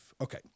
Okay